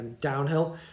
Downhill